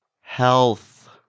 Health